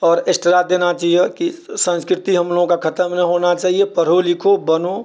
आओर एक्स्ट्रा देना चाहिए की संस्कृति हमलोग कऽ खतम नहि होना चाहिए पढ़ो लिखो बनो